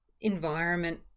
environment